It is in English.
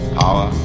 power